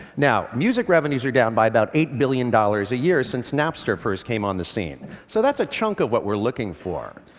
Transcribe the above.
now music revenues are down by about eight billion dollars a year since napster first came on the scene. so that's a chunk of what we're looking for.